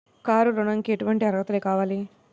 Car ఋణంకి ఎటువంటి అర్హతలు కావాలి?